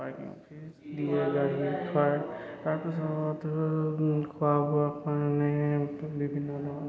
parking fees দিয়ে গাড়ী থোৱাৰ তাৰপিছত খোৱা বোৱাৰ কাৰণে বিভিন্ন ধৰণৰ